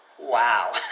Wow